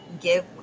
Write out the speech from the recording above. give